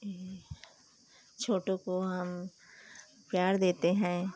एह छोटों को हम प्यार देते हैं